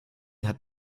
hat